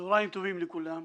צהריים טובים לכולם,